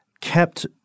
kept